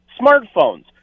smartphones